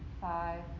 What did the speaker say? five